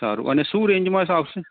સારું અને સુ રેન્જ માં આવશે